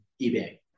eBay